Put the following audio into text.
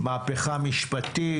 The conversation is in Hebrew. במהפכה המשפטית,